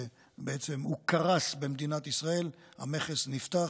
ובעצם הוא קרס במדינת ישראל: המכס נפתח